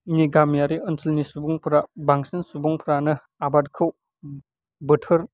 नि गामियारि ओनसोलनि सुबुंफोरा बांसिन सुबुंफ्रानो आबादखौ बोथोर